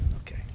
Okay